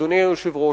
אדוני היושב-ראש,